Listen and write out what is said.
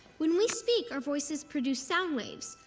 when we speak our voices produce sound waves.